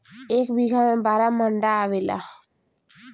एक बीघा में बारह मंडा आवेला